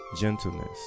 gentleness